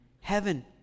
heaven